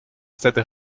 stade